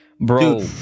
bro